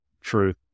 Truth